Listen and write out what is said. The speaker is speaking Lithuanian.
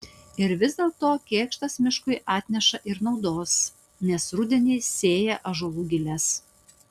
ir vis dėlto kėkštas miškui atneša ir naudos nes rudenį sėja ąžuolų giles